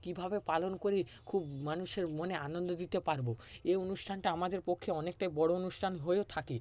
কীভাবে পালন করে খুব মানুষের মনে আনন্দ দিতে পারব এই অনুষ্ঠানটা আমাদের পক্ষে অনেকটাই বড় অনুষ্ঠান হয়েও থাকে